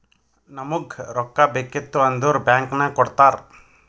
ನಮುಗ್ ರೊಕ್ಕಾ ಬೇಕಿತ್ತು ಅಂದುರ್ ಬ್ಯಾಂಕ್ ನಾಗ್ ಕೊಡ್ತಾರ್